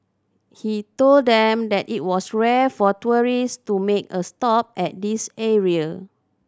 he told them that it was rare for tourist to make a stop at this area